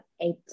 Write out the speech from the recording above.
eight